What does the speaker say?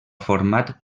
format